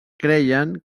creien